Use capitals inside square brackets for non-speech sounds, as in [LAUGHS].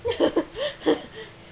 [LAUGHS]